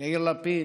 יאיר לפיד,